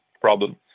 problem